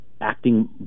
acting